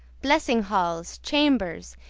blessing halls, chambers,